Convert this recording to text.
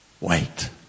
Wait